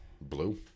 Blue